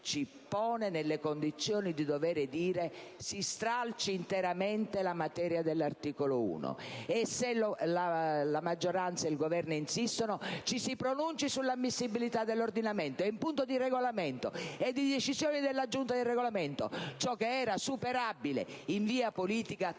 ci pone nelle condizioni di dover chiedere che si stralci interamente la materia dell'articolo 1. E se la maggioranza e il Governo insistono, ci si pronunci sull'ammissibilità dell'emendamento. È in punto di Regolamento e di decisione della Giunta del Regolamento. Ciò che era superabile in via politica, temo